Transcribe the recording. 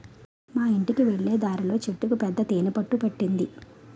మా యింటికి వెళ్ళే దారిలో చెట్టుకు పెద్ద తేనె పట్టు పట్టింది